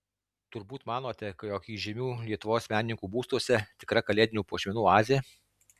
turbūt manote jog įžymių lietuvos menininkų būstuose tikra kalėdinių puošmenų oazė